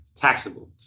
taxable